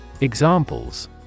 Examples